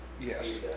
yes